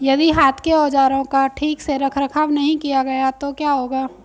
यदि हाथ के औजारों का ठीक से रखरखाव नहीं किया गया तो क्या होगा?